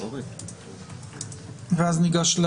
תודה רבה,